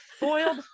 boiled